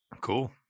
cool